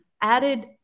added